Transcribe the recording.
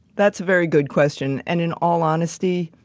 that's a very good question. and in all honesty,